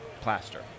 plaster